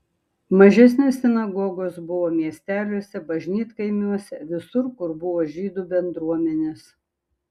mažesnės sinagogos buvo miesteliuose bažnytkaimiuose visur kur buvo žydų bendruomenės